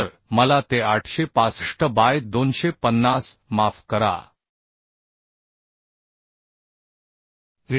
तर मला ते 865 बाय 250 माफ करा TDG